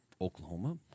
Oklahoma